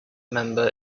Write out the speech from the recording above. member